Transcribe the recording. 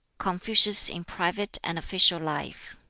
confucius in private and official life